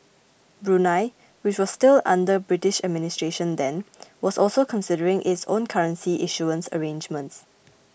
Brunei which was still under British administration then was also considering its own currency issuance arrangements